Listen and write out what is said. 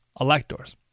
electors